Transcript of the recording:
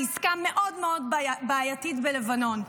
עסקה מאוד מאוד בעייתית בלבנון.